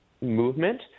Movement